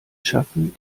schaffen